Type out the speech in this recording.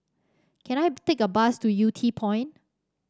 can I take a bus to Yew Tee Point